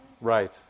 Right